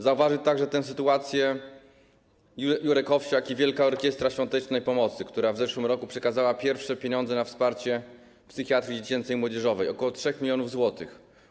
Zauważył także tę sytuację Jurek Owsiak i Wielka Orkiestra Świątecznej Pomocy, która w zeszłym roku przekazała pierwsze pieniądze na wsparcie psychiatrii dziecięcej i młodzieżowej - ok. 3 mln zł.